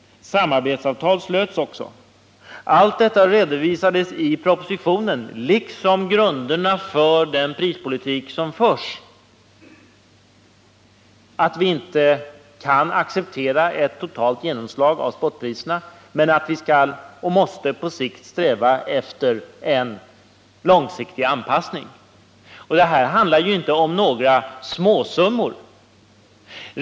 Samarbetsavtal slöts också. Allt detta redovisas i propositionen liksom grunden för den prispolitik som förs: att vi inte kan acceptera ett totalt genomslag av spotpriserna men att vi skall och måste på sikt sträva efter en långsiktig anpassning. Det handlar inte om några småsummor.